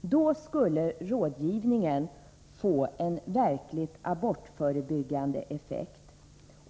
Då skulle rådgivningen få en verkligt abortförebyggande effekt.